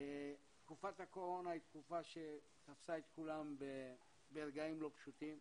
תקופת הקורונה היא תקופה שתפסה את כולם ברגעים לא פשוטים,